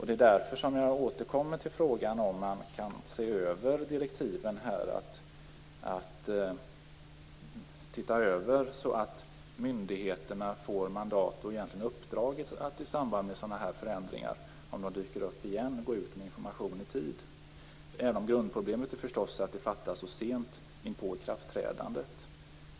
Det är därför som jag återkommer till frågan om man kan se över direktiven, så att myndigheterna får mandat och egentligen uppdraget att i samband med sådana förändringar, om de dyker upp igen, gå ut med information i tid, även om grundproblemet förstås är att beslutet fattas så sent inpå ikraftträdandet.